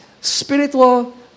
spiritual